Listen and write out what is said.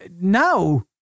now